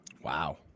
wow